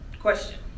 Question